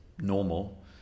normal